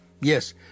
Yes